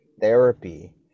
therapy